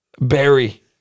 Barry